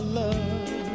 love